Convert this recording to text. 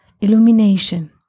illumination